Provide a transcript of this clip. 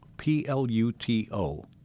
P-L-U-T-O